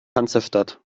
hansestadt